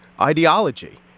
ideology